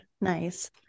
Nice